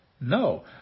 No